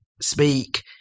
speak